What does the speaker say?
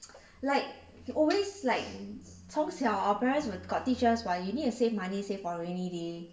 like always like 从小 our parents wi~ got teach us [what] you need to save money save for rainy day